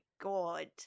god